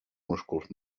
músculs